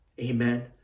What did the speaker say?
Amen